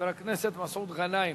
חבר הכנסת מסעוד גנאים,